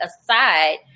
aside